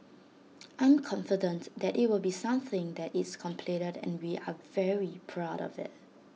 I'm confident that IT will be something that it's completed and we are very proud of IT